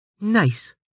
Nice